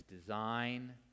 design